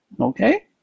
Okay